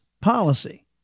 policy